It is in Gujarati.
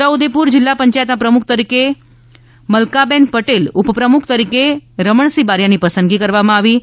છોટા ઉદેપુર જિલ્લા પંચાયતના પ્રમુખ તરીકે મલકા બેન પટેલ ઉપપ્રમુખ તરીકે રમણસિહ બારિયાની પસંદગી કરવામાં આવી છે